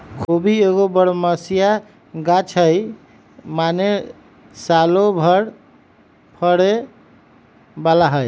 खोबि एगो बरमसिया ग़ाछ हइ माने सालो भर फरे बला हइ